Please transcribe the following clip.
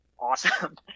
awesome